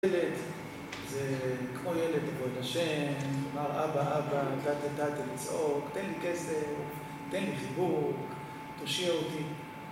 ילד... זה כמו ילד. לקרוא את השם, לאמר אבא אבא, טאטע טאטע. לצעוק, תן לי כסף, תן לי חיבוק, תושיע אותי...